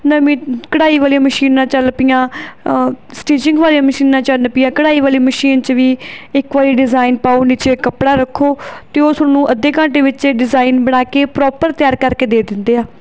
ਨਵੀਂ ਕਢਾਈ ਵਾਲੀਆਂ ਮਸ਼ੀਨਾਂ ਚੱਲ ਪਈਆਂ ਸਟਿਚਿੰਗ ਵਾਲੀਆਂ ਮਸ਼ੀਨਾਂ ਚੱਲ ਪਈਆਂ ਕਢਾਈ ਵਾਲੀ ਮਸ਼ੀਨ 'ਚ ਵੀ ਇੱਕ ਵਾਰੀ ਡਿਜ਼ਾਇਨ ਪਾਓ ਨੀਚੇ ਕੱਪੜਾ ਰੱਖੋ ਅਤੇ ਉਸਨੂੰ ਅੱਧੇ ਘੰਟੇ ਵਿੱਚ ਇਹ ਡਿਜ਼ਾਇਨ ਬਣਾ ਕੇ ਪ੍ਰੋਪਰ ਤਿਆਰ ਕਰਕੇ ਦੇ ਦਿੰਦੀ ਆ